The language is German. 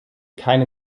keine